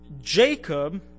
Jacob